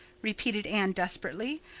repeated anne desperately.